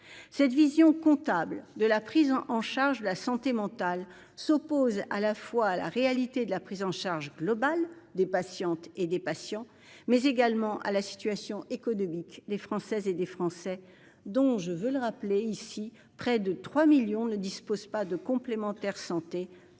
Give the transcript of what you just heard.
Cette vision comptable de la prise en charge de la santé mentale s'oppose à la fois à la réalité de la prise en charge globale des patientes et des patients, mais également à la situation économique des Françaises et des Français, dont près de 3 millions n'ont ni complémentaire santé ni aide